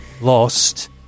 lost